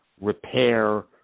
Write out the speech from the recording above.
repair